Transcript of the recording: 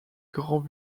grands